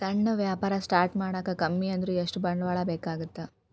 ಸಣ್ಣ ವ್ಯಾಪಾರ ಸ್ಟಾರ್ಟ್ ಮಾಡಾಕ ಕಮ್ಮಿ ಅಂದ್ರು ಎಷ್ಟ ಬಂಡವಾಳ ಬೇಕಾಗತ್ತಾ